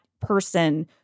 person